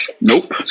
Nope